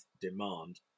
demand